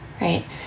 right